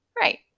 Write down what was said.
Right